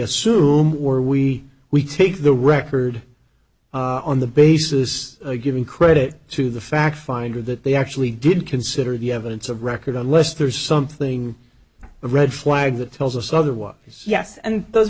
assume or we we take the record on the basis of giving credit to the fact finder that they actually did consider the evidence of record unless there's something a red flag that tells us otherwise yes and